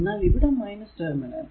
എന്നാൽ ഇവിടെ ടെർമിനൽ